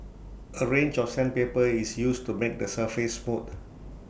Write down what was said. A range of sandpaper is used to make the surface smooth